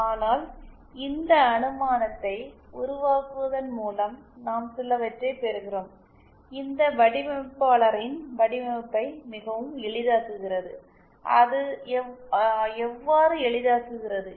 ஆனால் இந்த அனுமானத்தை உருவாக்குவதன் மூலம் நாம் சிலவற்றைப் பெறுகிறோம் இது வடிவமைப்பாளரின் வடிவமைப்பை மிகவும் எளிதாக்குகிறது அது எவ்வாறு எளிதாக்குகிறது